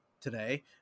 today